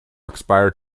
expired